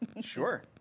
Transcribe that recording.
Sure